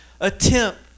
attempt